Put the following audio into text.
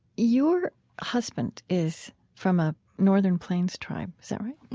your husband is from a northern plains tribe. is that right?